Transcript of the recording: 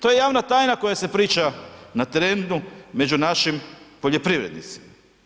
To je javna tajna koja se priča na terenu, među našim poljoprivrednicima.